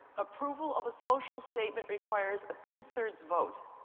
approval of a social statement requires a two three vote.